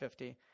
50